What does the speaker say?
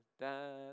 da